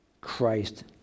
Christ